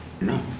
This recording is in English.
No